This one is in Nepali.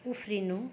उफ्रिनु